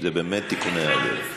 זה באמת תיקון עוול.